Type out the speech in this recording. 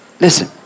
listen